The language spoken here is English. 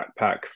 backpack